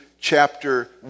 chapter